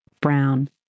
brown